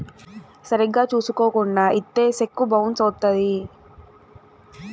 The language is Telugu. సరిగ్గా చూసుకోకుండా ఇత్తే సెక్కు బౌన్స్ అవుత్తది